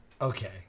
Okay